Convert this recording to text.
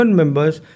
members